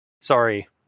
Sorry